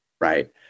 right